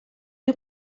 you